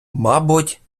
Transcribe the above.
мабуть